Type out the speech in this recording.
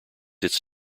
its